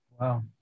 Wow